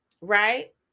right